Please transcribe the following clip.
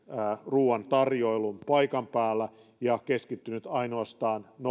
ruoan tarjoilun paikan päällä ja keskittyneet ainoastaan